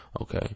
Okay